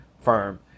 firm